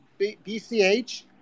BCH